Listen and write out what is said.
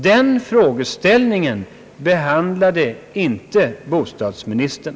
Den frågeställningen behandlade över huvud taget inte bostadsministern.